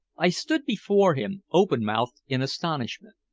i stood before him, open-mouthed in astonishment.